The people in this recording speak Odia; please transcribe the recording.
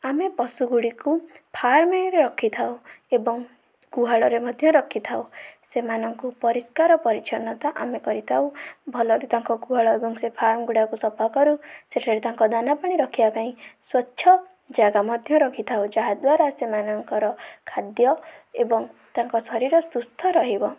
ଆମେ ପଶୁଗୁଡ଼ିକୁ ଫାର୍ମରେ ରଖିଥାଉ ଏବଂ ଗୁହାଳରେ ମଧ୍ୟ ରଖିଥାଉ ସେମାନଙ୍କୁ ପରିଷ୍କାର ପରିଚ୍ଛନ୍ନତା ଆମେ କରିଥାଉ ଭଲରେ ତାଙ୍କ ଗୁହାଳ ଏବଂ ସେ ଫାର୍ମ ଗୁଡ଼ାକୁ ସଫାକରୁ ସେଠାରେ ତାଙ୍କ ଦାନା ପାଣି ରଖିବାପାଇଁ ସ୍ଵଚ୍ଛ ଜାଗା ମଧ୍ୟ ରଖିଥାଉ ଯାହାଦ୍ଵାରା ସେମାନଙ୍କର ଖାଦ୍ୟ ଏବଂ ତାଙ୍କ ଶରୀର ସୁସ୍ଥ ରହିବ